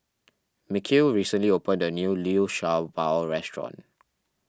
Mikeal recently opened a new Liu Sha Bao restaurant